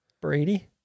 Brady